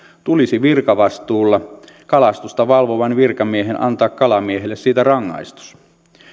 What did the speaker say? tulisi virkavastuulla kalastusta valvovan virkamiehen antaa kalamiehelle siitä rangaistus